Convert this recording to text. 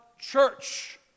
church